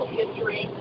history